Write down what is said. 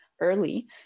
early